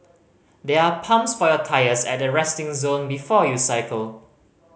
there are pumps for your tyres at the resting zone before you cycle